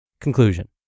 Conclusion